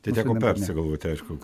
tai teko persigalvoti aišku